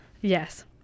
Yes